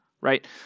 Right